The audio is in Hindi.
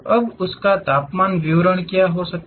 अब उस का तापमान वितरण क्या हो सकता है